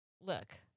look